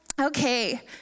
Okay